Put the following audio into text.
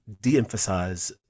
de-emphasize